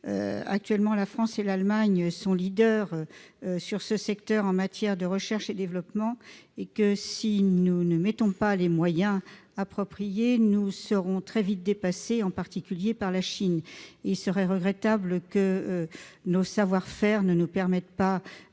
rappelle que la France et l'Allemagne sont actuellement leaders dans ce secteur en matière de recherche et développement. Si nous n'y consacrons pas les moyens appropriés, nous serons très vite dépassés, en particulier par la Chine. Il serait regrettable que nos savoir-faire ne nous permettent pas